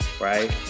right